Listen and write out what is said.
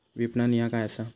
विपणन ह्या काय असा?